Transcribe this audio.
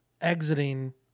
exiting